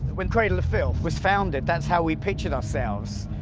when cradle of filth was founded, that's how we pictured ourselves.